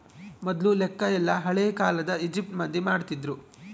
ಮೊದ್ಲು ಲೆಕ್ಕ ಎಲ್ಲ ಹಳೇ ಕಾಲದ ಈಜಿಪ್ಟ್ ಮಂದಿ ಮಾಡ್ತಿದ್ರು